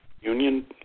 union